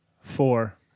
Four